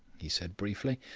he said briefly.